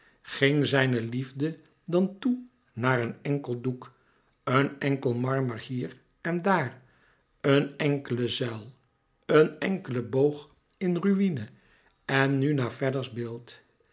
ging zijne liefde dan toe naar een enkel doek een enkel marmer hier en daar een enkele zuil een enkelen boog in ruïne en nu naar fedders beeld